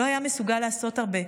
לא היה מסוגל לעשות הרבה,